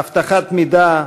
אבטחת מידע,